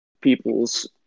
people's